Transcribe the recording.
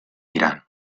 irán